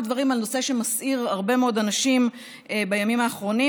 דברים על נושא שמסעיר הרבה מאוד אנשים בימים האחרונים,